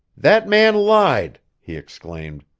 that man lied! he exclaimed.